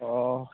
অঁ